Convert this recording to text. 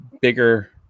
bigger